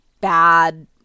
bad